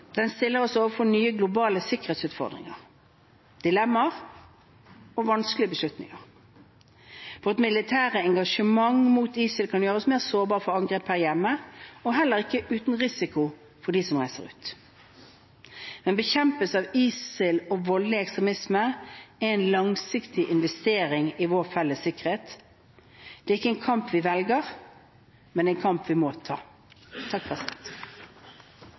Den stiller oss overfor nye globale sikkerhetsutfordringer, dilemmaer og vanskelige beslutninger. Vårt militære engasjement mot ISIL kan gjøre oss sårbare for angrep her hjemme og er heller ikke uten risiko for dem som reiser ut. Bekjempelsen av ISIL og voldelig ekstremisme er en langsiktig investering i vår felles sikkerhet. Dette er ikke en kamp vi velger, men en kamp vi må ta.